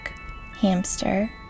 hamster